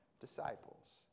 disciples